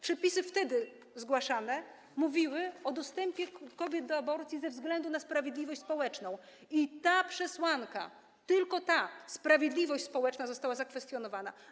Przepisy wtedy zgłaszane mówiły o dostępie kobiet do aborcji ze względu na sprawiedliwość społeczną i ta przesłanka, tylko ta: sprawiedliwość społeczna, została zakwestionowana.